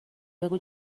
بگو